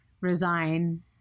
resign